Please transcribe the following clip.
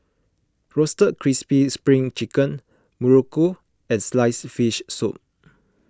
Roasted Crispy Spring Chicken Muruku and Sliced Fish Soup